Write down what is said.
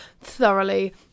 thoroughly